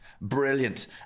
Brilliant